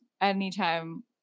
anytime